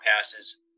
passes